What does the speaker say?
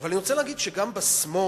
אבל אני רוצה להגיד שגם בשמאל,